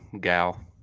gal